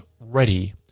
ready